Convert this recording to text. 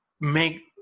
make